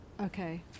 Okay